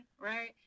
right